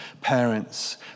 parents